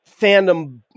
fandom